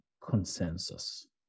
consensus